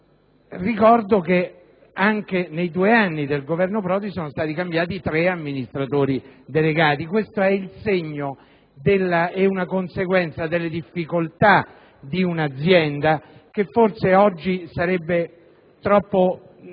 però, che anche nei due anni del Governo Prodi sono stati cambiati tre amministratori delegati. Questa è una conseguenza delle difficoltà dell'azienda e forse oggi ripercorrerne